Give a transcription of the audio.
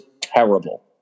terrible